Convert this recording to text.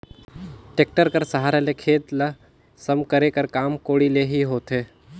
tractor कर सहारा ले खेत ल सम करे कर काम कोड़ी ले ही होथे